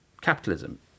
capitalism